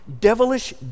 devilish